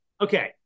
Okay